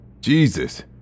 Jesus